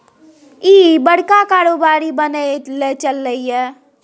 इह बड़का कारोबारी बनय लए चललै ये